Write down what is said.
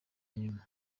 nyuma